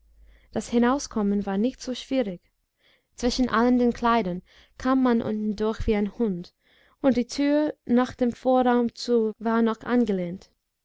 das hinauskommen war nicht so schwierig zwischen allen den kleidern kam man unten durch wie ein hund und die tür nach dem vorraum zu war noch angelehnt